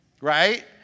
Right